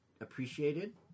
appreciated